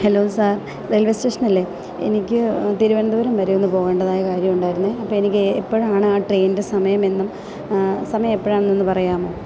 hello sir railway സ്റ്റേഷനല്ലേ എനിക്ക് തിരുവനന്തപുരം വരെയൊന്ന് പോകേണ്ടതായ കാര്യം ഉണ്ടായിരുന്നു അപ്പോള് എനിക്ക് എപ്പോഴാണ് ആ ട്രെയിനിൻ്റെ സമയമെന്നും സമയം എപ്പോഴാണെന്നൊന്ന് പറയാമോ